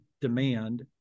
demand